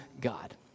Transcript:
God